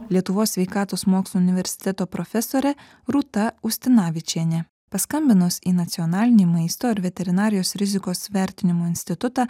lietuvos sveikatos mokslų universiteto profesorė rūta ustinavičienė paskambinus į nacionalinį maisto ir veterinarijos rizikos vertinimo institutą